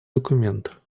документ